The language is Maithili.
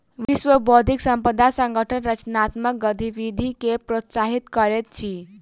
विश्व बौद्धिक संपदा संगठन रचनात्मक गतिविधि के प्रोत्साहित करैत अछि